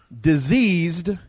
diseased